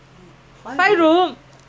இல்லல்ல:illlailla